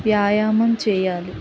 వ్యాయామం చేయ్యాలి